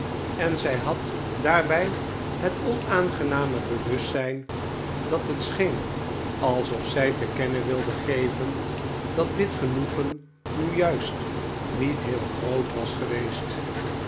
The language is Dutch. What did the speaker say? en zij had daarbij het onaangename bewustzijn dat het scheen alsof zij te kennen wilde geven dat dit genoegen nu juist niet heel groot was geweest